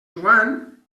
joan